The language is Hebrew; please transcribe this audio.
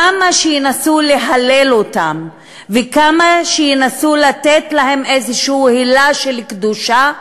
כמה שינסו להלל אותם וכמה שינסו לתת להם איזושהי הילה של קדושה,